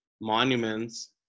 monuments